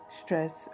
stress